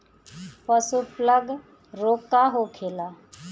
पशु प्लग रोग का होखेला?